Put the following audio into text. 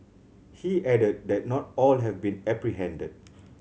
he added that not all have been apprehended